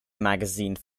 magazine